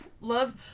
Love